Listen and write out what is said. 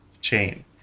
chain